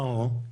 מה הוא?